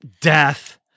death